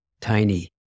tiny